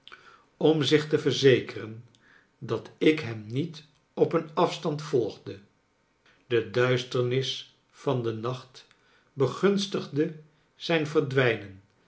om zich te verzekeren dat ik hem niet op een afstand volgde de duisternis van den nacht begunstigde zijn verdwijnen